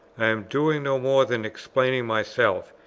am doing no more than explaining myself,